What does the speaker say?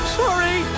sorry